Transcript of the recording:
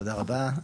תודה רבה.